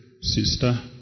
sister